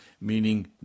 meaning